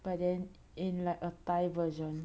but then in like a Thai version